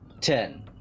Ten